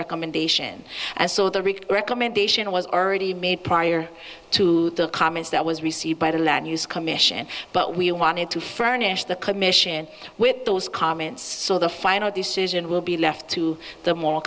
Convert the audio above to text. recommendation as so the richt recommendation was already made prior to the comments that was received by the news commission but we wanted to furnish the commission with those comments so the final decision will be left to the mall